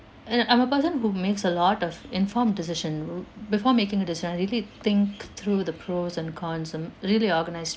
and I'm a person who makes a lot of informed decision before making a decision I really think through the pros and cons I'm really a organised